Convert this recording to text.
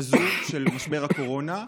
הזאת של משבר הקורונה?